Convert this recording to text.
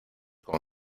por